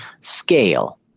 scale